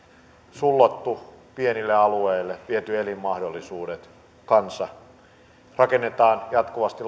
sullottu pienille alueille on viety elinmahdollisuudet laittomia siirtokuntia rakennetaan jatkuvasti